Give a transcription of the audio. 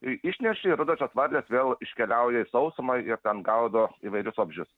išneršia ir rudosios varlės vėl iškeliauja į sausumą ir ten gaudo įvairius vabzdžius